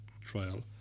trial